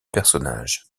personnages